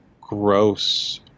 gross